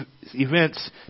events